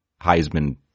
Heisman